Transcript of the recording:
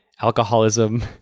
alcoholism